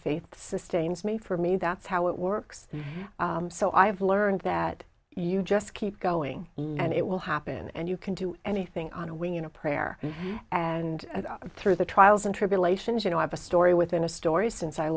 faith sustains me for me that's how it works so i have learned that you just keep going and it will happen and you can do anything on a wing and a prayer and through the trials and tribulations you know i have a story within a story since i